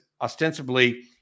ostensibly